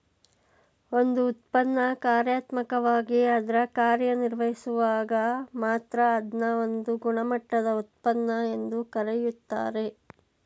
ಒಂದು ಉತ್ಪನ್ನ ಕ್ರಿಯಾತ್ಮಕವಾಗಿ ಅದ್ರ ಕಾರ್ಯನಿರ್ವಹಿಸುವಾಗ ಮಾತ್ರ ಅದ್ನ ಒಂದು ಗುಣಮಟ್ಟದ ಉತ್ಪನ್ನ ಎಂದು ಕರೆಯುತ್ತಾರೆ